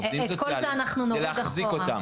עובדים סוציאליים כדי להחזיק אותם.